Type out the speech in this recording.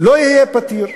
לא יהיו פתירים,